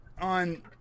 on